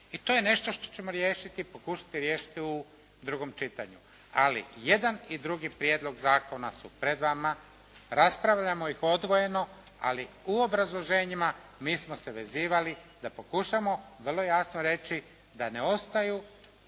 I to je nešto što ćemo riješiti, pokušati riješiti u drugom čitanju. Ali i jedan i drugi prijedlog zakona su pred vama, raspravljamo ih odvojeno, ali u obrazloženjima mi smo se vezivali da pokušamo vrlo jasno reći da ne ostaju